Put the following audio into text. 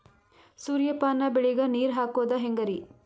ಸೂರ್ಯಪಾನ ಬೆಳಿಗ ನೀರ್ ಹಾಕೋದ ಹೆಂಗರಿ?